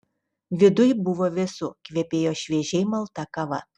viduj buvo vėsu kvepėjo šviežiai malta kava